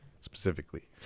specifically